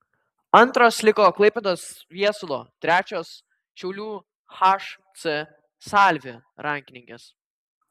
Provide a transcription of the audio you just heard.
antros liko klaipėdos viesulo trečios šiaulių hc salvė rankininkės